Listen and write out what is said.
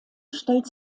stellt